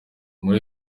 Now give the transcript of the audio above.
muri